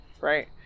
right